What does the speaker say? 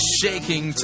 shaking